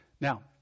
Now